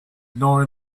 nor